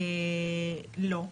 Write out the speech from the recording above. לא.